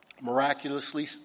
Miraculously